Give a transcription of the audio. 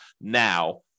now